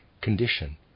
condition